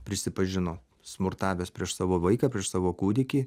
prisipažino smurtavęs prieš savo vaiką prieš savo kūdikį